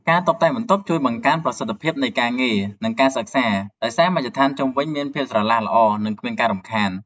ការតុបតែងបន្ទប់ជួយបង្កើនប្រសិទ្ធភាពនៃការងារ និងការសិក្សា ដោយសារមជ្ឈដ្ឋានជុំវិញមានភាពស្រឡះល្អ និងគ្មានការរំខាន។